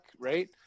right